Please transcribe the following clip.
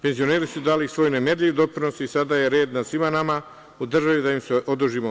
Penzioneri su dali svoj nemerljiv doprinos i sada je red na svima nama da im se odužimo.